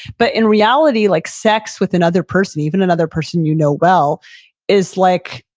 but in reality, like sex with another person, even another person you know well is like,